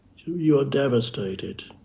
you are devastated,